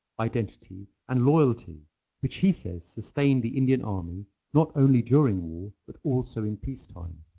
identity and loyalty which he says sustained the indian army not only during war but also in peacetime.